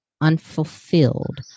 unfulfilled